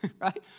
Right